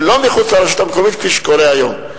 ולא מחוץ לרשות המקומית כפי שקורה היום.